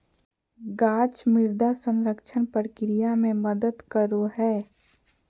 गाछ मृदा संरक्षण प्रक्रिया मे मदद करो हय